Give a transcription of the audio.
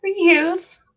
reuse